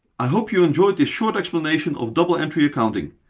i hope you enjoyed this short explanation of double entry accounting.